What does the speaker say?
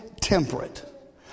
temperate